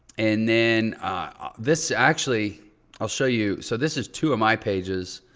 and then this actually i'll show you, so this is two of my pages.